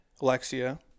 Alexia